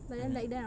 mmhmm